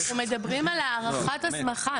אנחנו מדברים על הארכת הסמכה.